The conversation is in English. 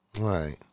Right